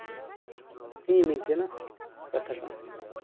ᱦᱤᱸᱮ ᱱᱤᱝᱠᱟᱹᱱᱟᱜ ᱠᱟᱛᱷᱟ ᱠᱟᱱᱟ